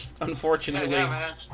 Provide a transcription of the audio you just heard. Unfortunately